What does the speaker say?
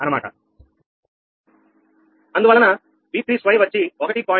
అందువలన V32 వచ్చి 1